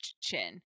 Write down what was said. chin